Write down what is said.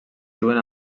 diuen